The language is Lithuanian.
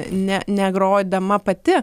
ne negrodama pati